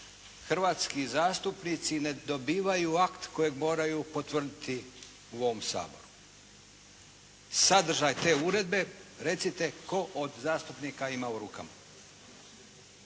hrvatski zastupnici ne dobivaju akt kojega moraju potvrditi u ovom Saboru. Sadržaj te uredbe, recite tko od zastupnika ima u rukama?